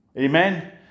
Amen